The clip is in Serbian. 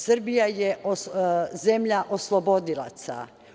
Srbija je zemlja oslobodilaca.